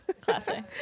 Classic